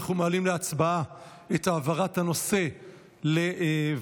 אנחנו מעלים להצבעה את העברת הנושא לוועדה.